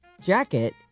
jacket